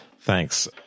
Thanks